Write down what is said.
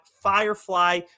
firefly